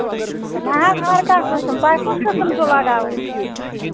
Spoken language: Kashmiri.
نہ حظ ہر کانٛہہ قٔسٕم تۄہہِ کُس قٔسٕم چھُو لَگاوُن